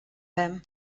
him